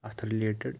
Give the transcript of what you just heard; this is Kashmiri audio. اتھ رِلیٹِڈ